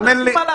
צחקנו.